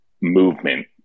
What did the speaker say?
movement